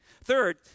Third